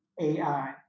AI